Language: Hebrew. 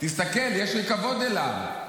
תסתכל, יש לי כבוד אליו,